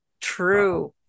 true